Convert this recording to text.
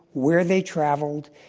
where they traveled,